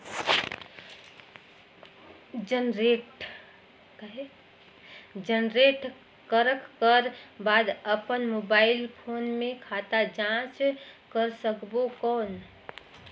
Generate करक कर बाद अपन मोबाइल फोन मे खाता जांच कर सकबो कौन?